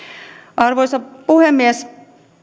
arvoisa puhemies